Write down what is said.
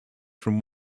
from